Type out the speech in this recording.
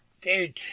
Dude